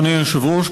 אדוני היושב-ראש,